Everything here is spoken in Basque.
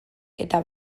eta